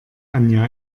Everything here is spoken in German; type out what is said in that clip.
anja